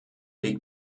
weg